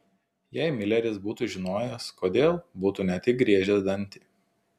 jei mileris būtų žinojęs kodėl būtų ne tik griežęs dantį